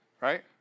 Right